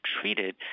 treated